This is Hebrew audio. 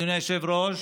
אדוני היושב-ראש,